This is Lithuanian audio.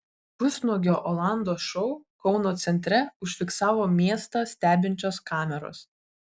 pusnuogio olando šou kauno centre užfiksavo miestą stebinčios kameros